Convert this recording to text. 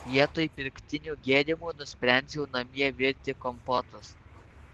vietoj pirktinių gėrimų nusprendžiau namie virti kompotus